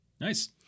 Nice